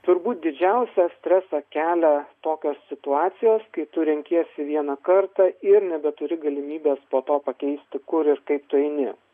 turbūt didžiausią stresą kelia tokios situacijos kai tu renkiesi vieną kartą ir nebeturi galimybės po to pakeisti kur kaip tu eini